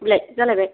बेलाय जालायबाय